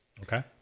Okay